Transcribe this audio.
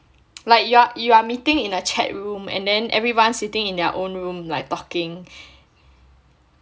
like you are you are meeting in a chat room and then everyone sitting in their own room like talking